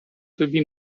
тобі